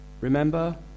remember